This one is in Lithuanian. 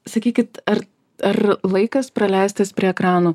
sakykit ar ar laikas praleistas prie ekranų